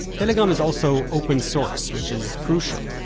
telegram is also open source, which is crucial.